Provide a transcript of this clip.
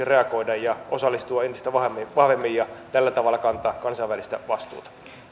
reagoida ja osallistua entistä vahvemmin ja tällä tavalla kantaa kansainvälistä vastuuta